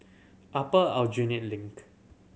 Upper Aljunied Link